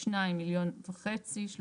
שניים - 1,500,000.